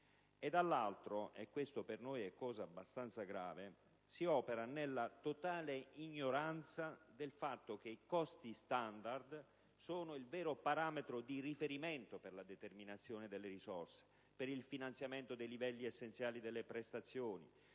e dall'altro - cosa per noi abbastanza grave - si opera nella totale ignoranza del fatto che i costi standard sono il vero parametro di riferimento per la determinazione delle risorse, per il finanziamento dei livelli essenziali delle prestazioni